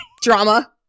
drama